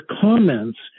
comments